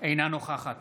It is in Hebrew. אינה נוכחת